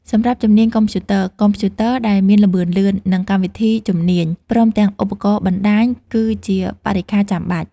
សម្រាប់ជំនាញកុំព្យូទ័រ កុំព្យូទ័រដែលមានល្បឿនលឿន និងកម្មវិធីជំនាញ ព្រមទាំងឧបករណ៍បណ្តាញ គឺជាបរិក្ខារចាំបាច់។